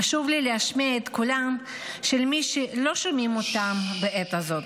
חשוב לי להשמיע את קולם של מי שלא שומעים אותם בעת הזאת,